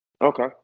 Okay